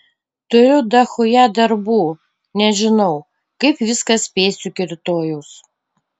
turiu dachuja darbų nežinau kaip viską spėsiu iki rytojaus